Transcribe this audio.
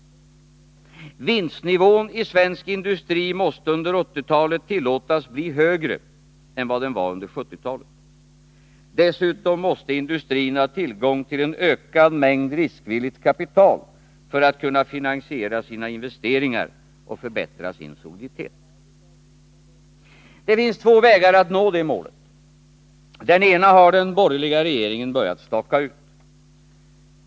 Vinstnivån i svensk industri måste under 1980-talet tillåtas bli högre än vad den var under 1970-talet. Dessutom måste industrin ha tillgång till en ökad mängd riskvilligt kapital för att kunna finansiera sina investeringar och förbättra sin soliditet. Det finns två vägar att nå det målet. Den ena har den borgerliga regeringen börjat staka ut.